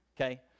okay